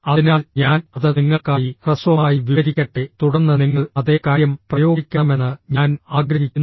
അതിനാൽ ഞാൻ അത് നിങ്ങൾക്കായി ഹ്രസ്വമായി വിവരിക്കട്ടെ തുടർന്ന് നിങ്ങൾ അതേ കാര്യം പ്രയോഗിക്കണമെന്ന് ഞാൻ ആഗ്രഹിക്കുന്നു